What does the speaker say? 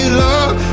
love